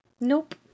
Nope